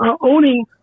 Owning